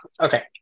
okay